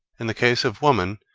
in the case of woman,